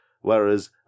whereas